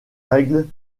règle